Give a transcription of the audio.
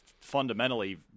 fundamentally